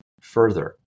further